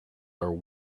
are